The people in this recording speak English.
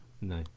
no